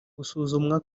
gusuzumwa